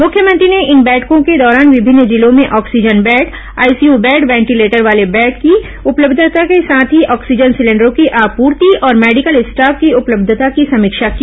मुख्यमंत्री ने इन बैठकों के दौरान विमिन्न जिलों में oxygen bed ICU bed ventilator वाले बेड की उपलब्यता के साथ ही ऑक्सीजन सिलेंडरों की आपूर्ति और मेडिकल स्टॉफ की उपलब्धता की समीक्षा की